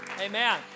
Amen